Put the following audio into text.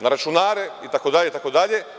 na računare, itd, itd.